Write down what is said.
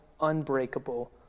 unbreakable